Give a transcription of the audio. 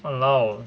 !walao!